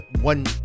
one